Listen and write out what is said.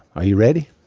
are you ready?